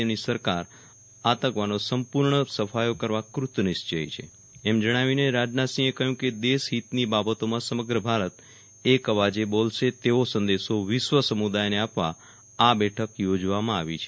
તેમની સરકાર આતંકવાદનો સંપ્ર્ણ સફાયો કરવા કૃતનિશ્ચચી છે એમ જણાવીને શ્રી રાજનાથસિંહે કહ્યું કે દેશહિતની બાબતોમાં સમગ્ર ભારત એક અવાજે બોલશે તેવો સંદેશો વિશ્વ સમૂદાયને આપવા આ બેઠક યોજવામાં આવી છે